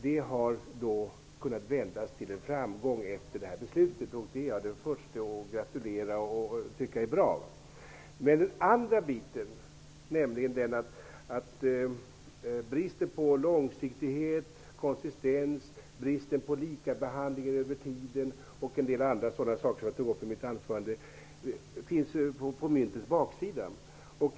Detta har kunnat vändas till en framgång efter det senaste beslutet, och det är jag den förste att gratulera till och tycka är bra. Men bristen på långsiktighet, bristen på konsistens, bristen på likabehandling över tiden och en del andra saker som jag tog upp i mitt huvudanförande finns på myntets baksida.